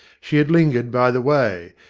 she had lingered by the way,